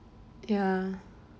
ya